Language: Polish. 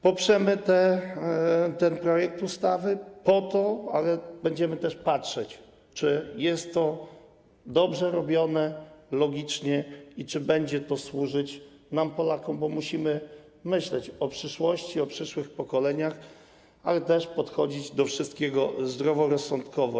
Poprzemy ten projekt ustawy, ale będziemy też patrzeć, czy jest to dobrze robione, logicznie i czy będzie to służyć nam, Polakom, bo musimy myśleć o przyszłości, o przyszłych pokoleniach, ale też podchodzić do wszystkiego zdroworozsądkowo.